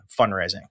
fundraising